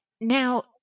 Now